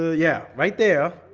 yeah right there